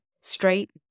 straight